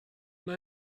mae